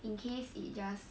in case it just